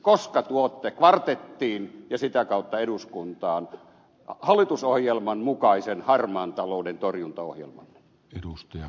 koska tuotte kvartettiin ja sitä kautta eduskuntaan hallitusohjelman mukaisen harmaan talouden torjuntaohjelmanne